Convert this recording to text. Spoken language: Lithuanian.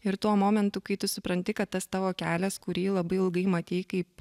ir tuo momentu kai tu supranti kad tas tavo kelias kurį labai ilgai matei kaip